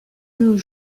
nos